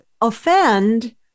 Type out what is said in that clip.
offend